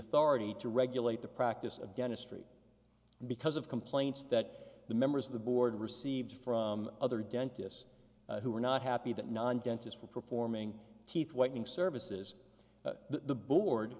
authority to regulate the practice of dentistry because of complaints that the members of the board received from other dentists who were not happy that non dentist for performing teeth whitening services the board